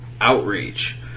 outreach